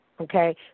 okay